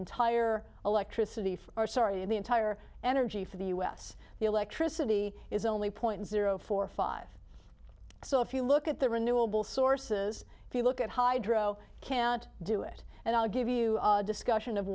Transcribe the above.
entire electricity for the entire energy for the u s the electricity is only point zero four five so if you look at the renewable sources if you look at hydro can't do it and i'll give you a discussion of